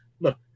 look